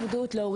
יודע